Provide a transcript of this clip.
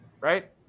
right